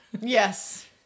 Yes